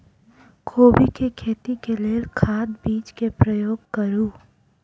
कोबी केँ खेती केँ लेल केँ खाद, बीज केँ प्रयोग करू?